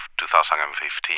2015